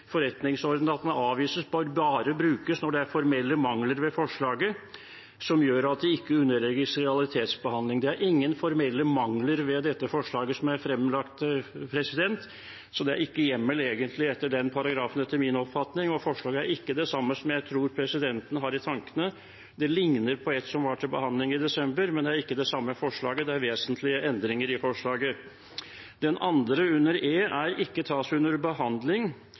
brukes når det er formelle mangler ved forslaget som gjør at det ikke underlegges realitetsbehandling». Det er ingen formelle mangler ved det forslaget som er fremlagt, så det er ikke hjemmel til det etter den paragrafen, etter min oppfatning. Og forslaget er ikke det samme som det forslaget jeg tror presidenten har i tankene. Det ligner på et som var til behandling i desember, men det er ikke det samme forslaget – det er vesentlige endringer i